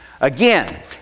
Again